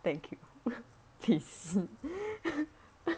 thank you please